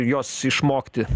juos išmokti